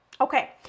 Okay